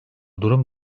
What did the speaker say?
durum